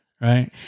Right